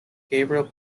gabriel